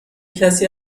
کسی